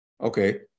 Okay